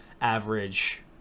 average